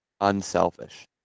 unselfish